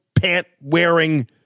pant-wearing